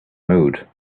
mood